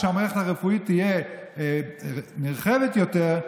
כשהמערכת הרפואית תהיה נרחבת יותר,